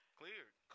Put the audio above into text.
cleared